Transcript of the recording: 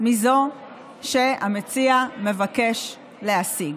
מזו שהמציע מבקש להשיג.